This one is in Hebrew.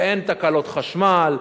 אין תקלות חשמל,